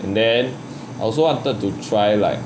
and then also wanted to try like